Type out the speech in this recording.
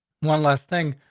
one last thing.